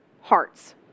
hearts